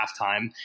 halftime